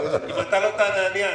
אם אתה לא תענה, אני אענה.